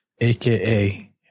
aka